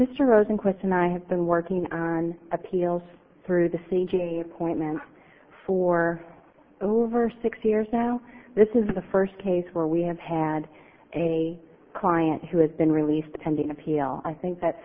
mr rose in question i have been working on appeals through the c g a appointment for over six years now this is the first case where we have had a client who has been released pending appeal i think that